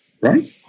right